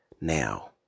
now